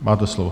Máte slovo.